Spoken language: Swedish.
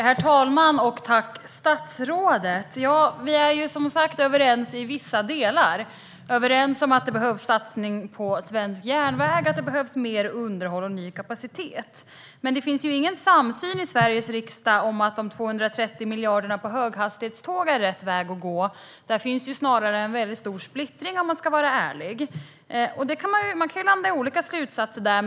Herr talman! Vi är som sagt överens i vissa delar. Vi är överens om att det behövs satsningar på svensk järnväg och på underhåll och kapacitet. Men det finns ingen samsyn i Sveriges riksdag om att de 230 miljarderna på höghastighetståg är rätt väg att gå. Där finns det snarare en väldigt stor splittring, om man ska vara ärlig. Man kan landa i olika slutsatser.